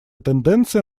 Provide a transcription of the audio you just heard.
тенденция